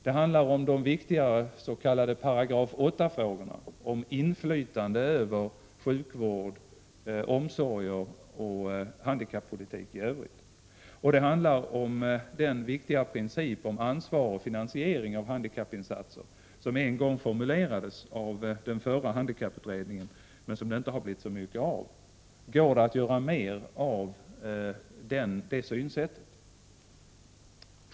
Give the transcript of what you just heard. De handlar om de viktiga s.k. paragraf åtta-frågorna, om inflytande över sjukvård, omsorg och handikappolitik i övrigt. De handlar om den viktiga princip om ansvar och finansiering av handikappinsatser som en gång formulerades av den förra handikapputredningen, men som det inte har blivit så mycket av. Går det att göra mer av det synsättet?